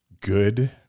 good